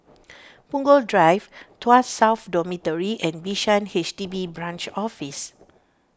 Punggol Drive Tuas South Dormitory and Bishan H D B Branch Office